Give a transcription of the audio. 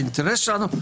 את האינטרס שלנו.